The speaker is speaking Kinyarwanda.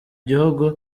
gihugu